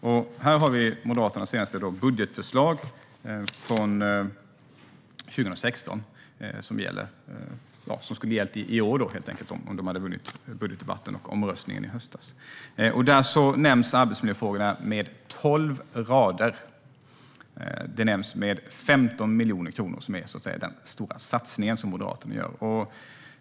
Jag har här Moderaternas senaste budgetförslag från 2016, som skulle ha gällt i år om de hade vunnit budgetomröstningen i höstas. Där nämns arbetsmiljöfrågorna med tolv rader. Den stora satsning som Moderaterna gör är på 15 miljoner kronor.